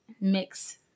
mix